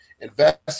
invest